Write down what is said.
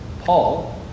Paul